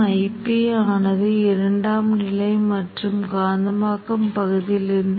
ஆனால் இங்கு பிரதிபலித்த பகுதி இரண்டாம் காந்தமாக்கும் பகுதியும் இருக்கும்